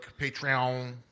Patreon